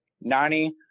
nani